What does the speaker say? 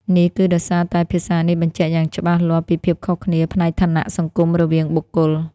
នេះគឺដោយសារតែភាសានេះបញ្ជាក់យ៉ាងច្បាស់លាស់ពីភាពខុសគ្នាផ្នែកឋានៈសង្គមរវាងបុគ្គល។